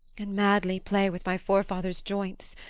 and madly play with my forefathers' joints?